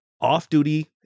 off-duty